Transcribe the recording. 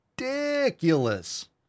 ridiculous